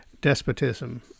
despotism